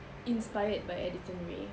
inspired by addison rae